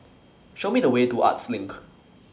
Show Me The Way to Arts LINK